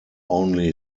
only